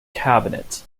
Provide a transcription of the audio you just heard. cabinet